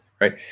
Right